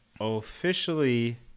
officially